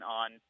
on